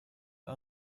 jag